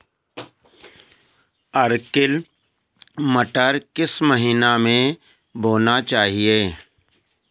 Arkel मटर किस महीना में बोना चाहिए?